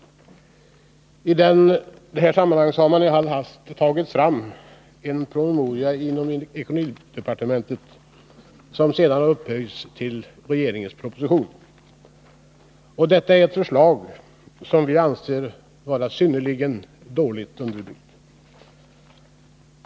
I detta sammanhang har man i all hast tagit fram en departementspromemoria inom ekonomidepartementet, vilken sedan har upphöjts till regeringsförslag. Det gäller ett förslag som vi anser vara synnerligen dåligt underbyggt.